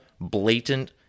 blatant